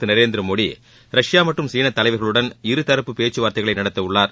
திரு Narendra Modi Russia மற்றும் சீன தலைவர்களுடன் இருதரப்பு பேச்சுவார்த்தைகளை நடத்த உள்ளார்